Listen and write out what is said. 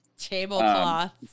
tablecloths